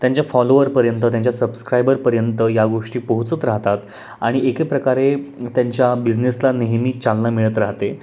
त्यांच्या फॉलोअरपर्यंत त्यांच्या सब्स्क्रायबरपर्यंत या गोष्टी पोहचत राहतात आणि एकेप्रकारे त्यांच्या बिझनेसला नेहमी चालना मिळत राहते